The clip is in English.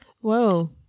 Whoa